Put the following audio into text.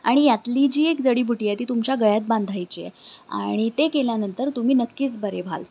आणि यातली जी एक जडीबुटी आहे ती तुमच्या गळ्यात बांधायची आहे आणि ते केल्यानंतर तुम्ही नक्कीच बरे व्हाल